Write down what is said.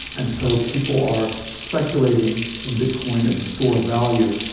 and so people are speculating in bit coin as a store of value.